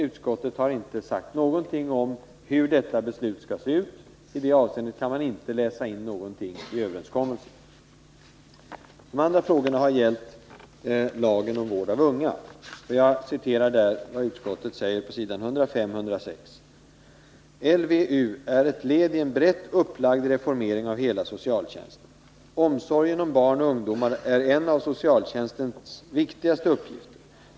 Utskottet har emellertid inte sagt någonting om hur detta beslut skall se ut. I det avseendet kan man inte läsa in någonting i överenskommelsen. De andra frågorna har gällt lagen om vård av unga, och jag citerar vad utskottet säger på s. 105 och 106: ”LVU är ett led i en brett upplagd reformering av hela socialtjänsten. Omsorgen om barn och ungdomar är en av socialtjänstens viktigaste uppgifter.